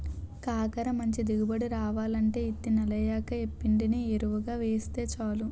కాకర మంచి దిగుబడి రావాలంటే యిత్తి నెలయ్యాక యేప్పిండిని యెరువుగా యేస్తే సాలు